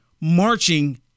marching